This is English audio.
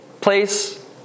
place